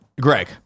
greg